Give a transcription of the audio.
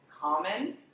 common